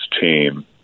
team